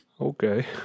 Okay